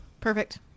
Perfect